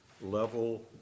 level